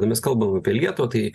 jeigu mes kalbam apie lietuvą tai